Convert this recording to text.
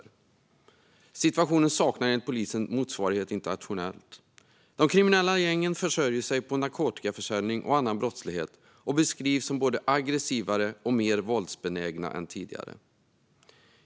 Situationen saknar enligt polisen motsvarighet internationellt. De kriminella gängen försörjer sig på narkotikaförsäljning och annan brottslighet och beskrivs som både aggressivare och mer våldsbenägna än tidigare.